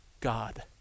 God